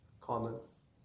comments